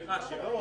לא בקשר לשום דבר,